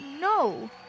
No